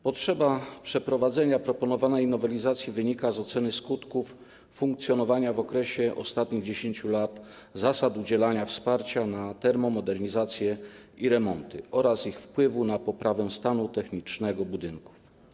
Potrzeba przeprowadzenia proponowanej nowelizacji wynika z oceny skutków funkcjonowania w okresie ostatnich 10 lat zasad udzielania wsparcia na termomodernizację i remonty oraz ich wpływu na poprawę stanu technicznego budynków.